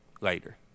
later